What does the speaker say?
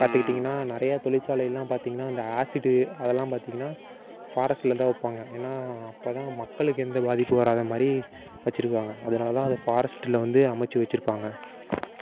பார்த்துக்கிட்டிங்கனா நிறைய தொழிற்சாலைலாம் பார்த்திங்னா அந்த ஆஸீடு அதெலாம் பார்த்திங்னா ஃபாரஸ்ட்லதான் வைப்பாங்க ஏன்னா அப்போதான் மக்களுக்கு எந்த பாதிப்பும் வராத மாதிரி வச்சியிருக்காங்க அதனாலதான் அதை ஃபாரஸ்ட்ல வந்து அமைச்சு வச்சியிருப்பாங்க